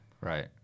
Right